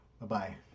Bye-bye